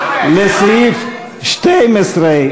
לסעיפים 12,